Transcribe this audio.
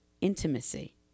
intimacy